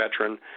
veteran